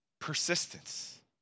persistence